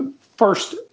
first